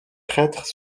prêtres